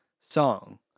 song